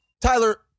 tyler